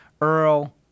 Earl